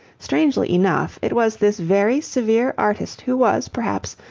strangely enough, it was this very severe artist who was, perhaps,